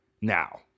now